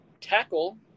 tackle